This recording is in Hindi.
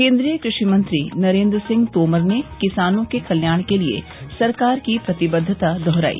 केन्द्रीय कृषि मंत्री नरेन्द्र सिंह तोमर ने किसानों के कल्याण के लिए सरकार की प्रतिबद्दता दोहराई